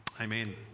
Amen